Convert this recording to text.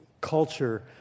culture